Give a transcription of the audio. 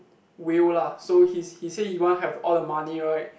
will lah so he he say he want have all the money right